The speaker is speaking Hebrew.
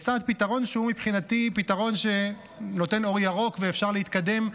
הצעת פתרון שהוא מבחינתי פתרון שנותן אור ירוק ואפשר להתקדם,